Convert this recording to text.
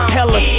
Hella